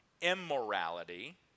immorality